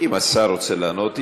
אם השר רוצה לענות.